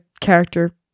character